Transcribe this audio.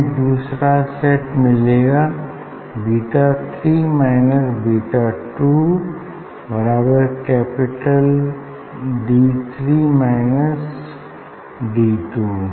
हमें दूसरा सेट मिलेगा beta three minus beta two बराबर capital D three minus D to